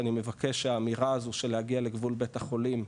אני מבקש שהאמירה הזו של להגיע לגבול בית החולים,